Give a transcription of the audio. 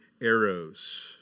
arrows